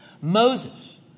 Moses